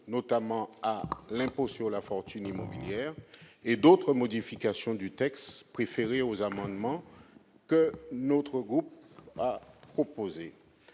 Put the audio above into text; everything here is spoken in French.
notamment à l'impôt sur la fortune immobilière, et d'autres modifications du texte préférées aux amendements déposés par notre groupe. Comme